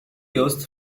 used